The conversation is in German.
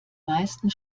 meisten